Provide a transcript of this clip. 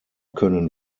können